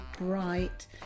bright